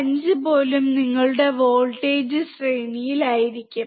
5 പോലും നിങ്ങളുടെ വോൾട്ടേജ് ശ്രേണിയായിരിക്കും